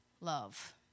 love